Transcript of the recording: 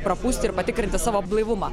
prapūsti ir patikrinti savo blaivumą